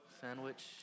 sandwich